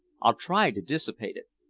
i'll try to dissipate it.